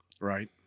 right